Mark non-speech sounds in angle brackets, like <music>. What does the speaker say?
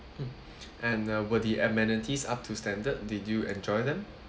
mm <breath> and uh were the amenities up to standard did you enjoy them